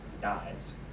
dies